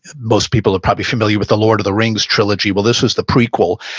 most people are probably familiar with the lord of the rings trilogy. well, this was the prequel,